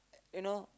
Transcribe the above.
you know